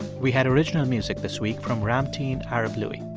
we had original music this week from ramtein arab louie.